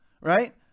right